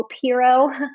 hero